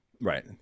Right